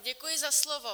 Děkuji za slovo.